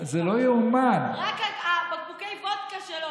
רק בקבוקי הוודקה שלו,